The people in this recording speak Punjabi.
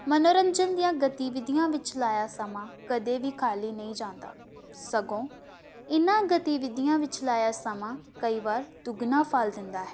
ਮੰਨੋਰੰਜਨ ਦੀਆਂ ਗਤੀਵਿਧੀਆਂ ਵਿੱਚ ਲਾਇਆ ਸਮਾਂ ਕਦੇ ਵੀ ਖਾਲੀ ਨਹੀਂ ਜਾਂਦਾ ਸਗੋਂ ਇਹਨਾਂ ਗਤੀਵਿਧੀਆਂ ਵਿੱਚ ਲਾਇਆ ਸਮਾਂ ਕਈ ਵਾਰ ਦੁੱਗਣਾ ਫ਼ਲ ਦਿੰਦਾ ਹੈ